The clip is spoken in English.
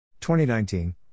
2019